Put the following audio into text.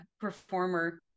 performer